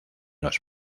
los